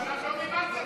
אבל את לא מימנת את זה.